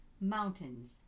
mountains